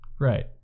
Right